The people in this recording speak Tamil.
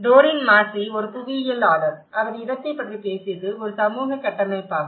டோரீன் மாஸ்ஸி ஒரு புவியியலாளர் அவர் இடத்தைப் பற்றி பேசியது ஒரு சமூக கட்டமைப்பாகும்